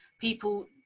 people